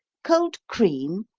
cold cream,